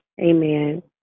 Amen